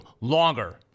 longer